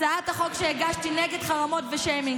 הצעת החוק שהגשתי נגד חרמות ושיימינג.